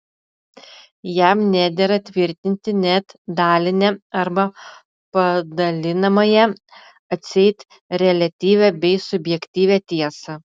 jam nedera tvirtinti net dalinę arba padalinamąją atseit reliatyvią bei subjektyvią tiesą